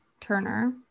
Turner